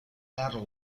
battle